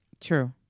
true